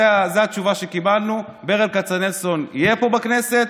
זאת התשובה שקיבלנו: ברל כצנלסון יהיה פה בכנסת,